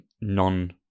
non